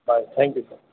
bye thank you sir